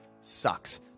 sucks